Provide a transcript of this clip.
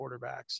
quarterbacks